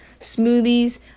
smoothies